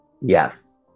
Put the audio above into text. Yes